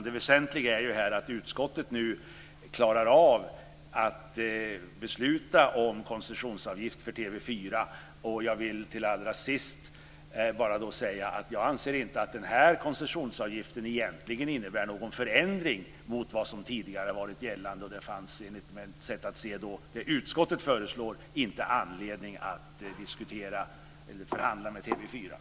Det väsentliga är att utskottet nu klarar av att besluta om koncessionsavgift för TV 4. Jag vill till sist bara säga att jag inte anser att den här koncessionsavgiften egentligen innebär någon förändring mot vad som tidigare har varit gällande. Det fanns enligt mitt sätt att se på det utskottet föreslår inte anledning att diskutera eller förhandla med